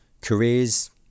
Careers